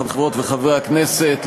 חברות וחברי הכנסת,